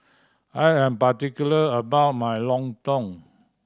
I am particular about my lontong